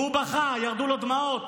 והוא בכה, ירדו לו דמעות.